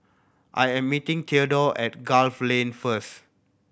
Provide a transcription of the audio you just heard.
I am meeting Theadore at Gul Lane first